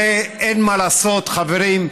אין מה לעשות, חברים.